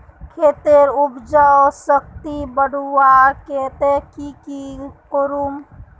खेतेर उपजाऊ शक्ति बढ़वार केते की की करूम?